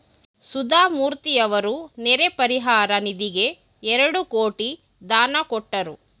ಸುಧಾಮೂರ್ತಿಯವರು ನೆರೆ ಪರಿಹಾರ ನಿಧಿಗೆ ಎರಡು ಕೋಟಿ ದಾನ ಕೊಟ್ಟರು